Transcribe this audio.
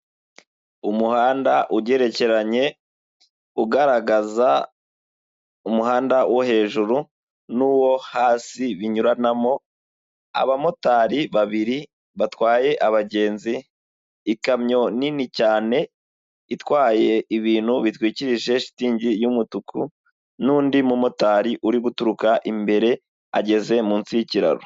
Umuhanda ugerekeranye ugaragaza umuhanda wo hejuru n'uwo hasi binyuranamo abamotari babiri batwaye abagenzi ikamyo nini cyane itwaye ibintu bitwikirije shitingi y'umutuku n'undi mumotari uri guturuka imbere ageze munsi y'ikiraro.